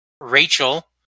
Rachel